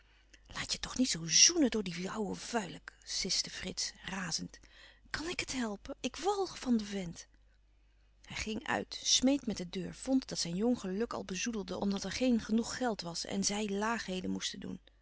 laat je toch niet zoo zoenen door dien ouden vuilik siste frits razend kan ik het helpen ik walg van den vent hij ging uit smeet met de deur vond dat zijn jong geluk al bezoedelde omdat er geen genoeg geld was en zij laagheden moesten doen